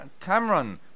Cameron